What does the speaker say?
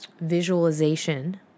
visualization